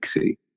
see